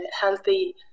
healthy